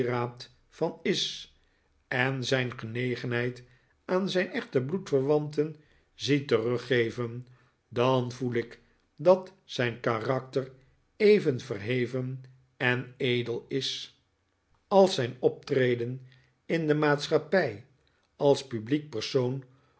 van is en zijn genegenheid aan zijn echte bloedverwanten zieteruggeven dan voel ik dat zijn karakter even verheven en edel is als zijn nikolaas nickleby optreden in de maatschappij als publiek persoon